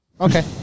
Okay